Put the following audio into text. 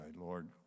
Lord